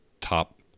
top